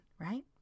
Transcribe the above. right